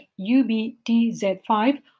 UBTZ5